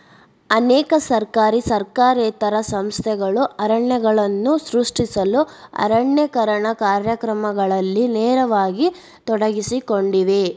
ಅನೇಕ ಸರ್ಕಾರಿ ಸರ್ಕಾರೇತರ ಸಂಸ್ಥೆಗಳು ಅರಣ್ಯಗಳನ್ನು ಸೃಷ್ಟಿಸಲು ಅರಣ್ಯೇಕರಣ ಕಾರ್ಯಕ್ರಮಗಳಲ್ಲಿ ನೇರವಾಗಿ ತೊಡಗಿಸಿಕೊಂಡಿವೆ